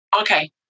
Okay